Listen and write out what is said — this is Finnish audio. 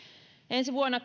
ensi vuonna